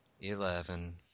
Eleven